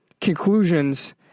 conclusions